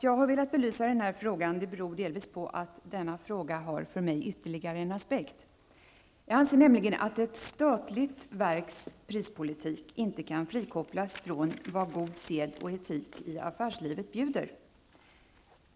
Jag har velat belysa denna fråga då den för mig har ytterligare en aspekt. Jag anser nämligen att ett statligt verks prispolitik inte kan frikopplas från vad god sed och etik i affärslivet bjuder.